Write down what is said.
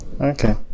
Okay